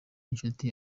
inshuti